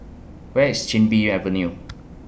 Where IS Chin Bee Avenue